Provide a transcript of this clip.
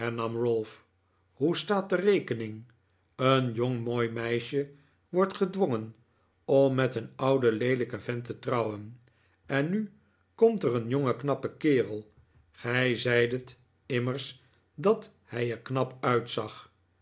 hoe staat de rekening een jong mooi meisje wordt gedwongen oni met een ouden leelijken vent te trouwen en nu komt er een jonge knappe kerel gij zei det immers dat hij er knap uitzag